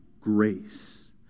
grace